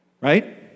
Right